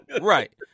Right